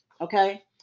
Okay